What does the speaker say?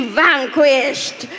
vanquished